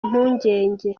impungenge